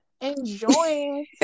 enjoying